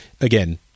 again